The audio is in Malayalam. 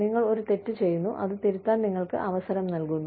നിങ്ങൾ ഒരു തെറ്റ് ചെയ്യുന്നു അത് തിരുത്താൻ നിങ്ങൾക്ക് അവസരം നൽകുന്നു